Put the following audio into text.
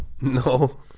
No